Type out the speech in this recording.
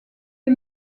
est